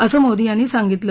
असं मोदी यांनी सांगितलं